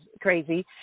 crazy